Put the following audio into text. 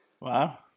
Wow